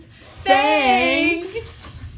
Thanks